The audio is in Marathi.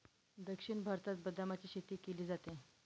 दक्षिण भारतात बदामाची शेती केली जाते